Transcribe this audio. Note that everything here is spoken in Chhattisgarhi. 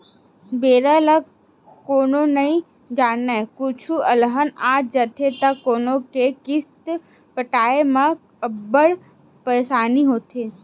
बेरा ल कोनो नइ जानय, कुछु अलहन आ जाथे त लोन के किस्त पटाए म अब्बड़ परसानी होथे